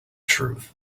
truth